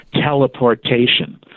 teleportation